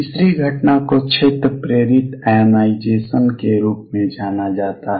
तीसरी घटना को क्षेत्र प्रेरित आयोनाइज़ेशन के रूप में जाना जाता है